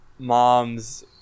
Mom's